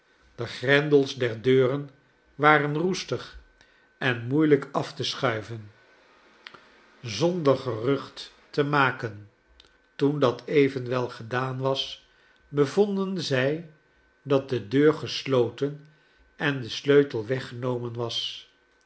de grendels der deur waren roestig en moeielijk af te schuiven zonder gerucht te maken toen dat evenwel gedaan was bevonden zij dat de deur gesloten en de sleutel weggenomen was